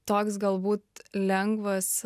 toks galbūt lengvas